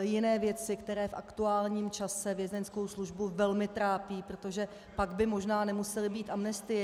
jiné věci, které v aktuálním čase vězeňskou službu velmi trápí, protože pak by možná nemusely být amnestie.